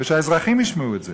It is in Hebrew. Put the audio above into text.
ושהאזרחים ישמעו את זה.